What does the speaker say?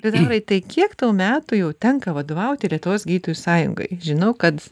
liutaurai tai kiek tau metų jau tenka vadovauti lietuvos gydytojų sąjungai žinau kad